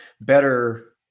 better